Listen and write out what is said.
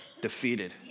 defeated